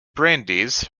brandeis